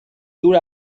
dura